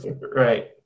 Right